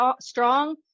strong